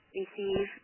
receive